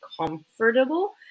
comfortable